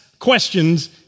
Questions